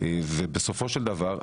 ובסופו של דבר,